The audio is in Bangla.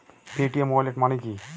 পেটিএম ওয়ালেট মানে কি?